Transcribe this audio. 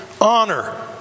honor